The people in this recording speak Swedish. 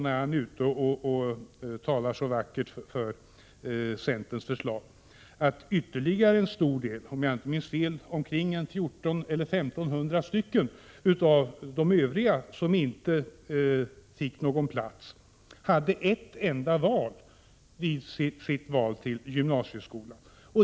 När Larz Johansson talar så vackert för centerns förslag vet han också att ytterligare en stor del — om jag inte minns fel 1 400-1 500 — av de övriga som inte fick någon plats hade ett enda alternativ vid sitt val till gymnasieskolan.